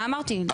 מה אמרתי?